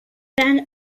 van